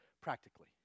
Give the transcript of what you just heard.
practically